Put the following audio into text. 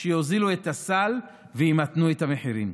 שיוזילו את הסל וימתנו את המחירים,